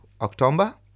October